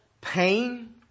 pain